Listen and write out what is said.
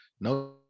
no